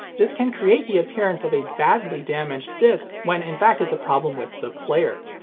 this can create the appearance of a badly damaged disc, when in fact it's a problem with the player.